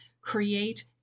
create